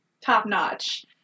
top-notch